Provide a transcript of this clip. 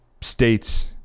states